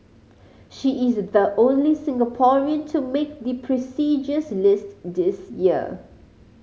she is the only Singaporean to make the prestigious list this year